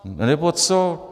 Anebo co?